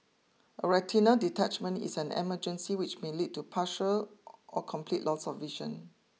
a retinal detachment is an emergency which may lead to partial or complete loss of vision